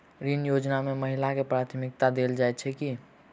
ऋण योजना मे महिलाकेँ प्राथमिकता देल जाइत छैक की?